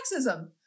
sexism